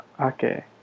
okay